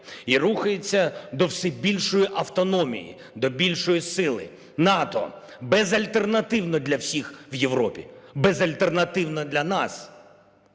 і рухається до все більшої автономії, до більшої сили. НАТО безальтернативно для всіх в Європі, безальтернативно для нас,